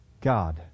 God